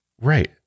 Right